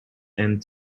end